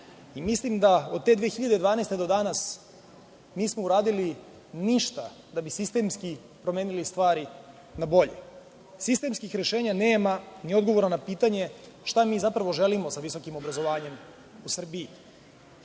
Mislim da od te 2012. godine do danas nismo uradili ništa da bi sistemski promenili stvari na bolje. Sistemskih rešenja nema, ni odgovora na pitanje šta mi zapravo želimo sa visokim obrazovanjem u Srbiji.